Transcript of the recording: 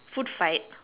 food fight